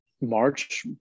March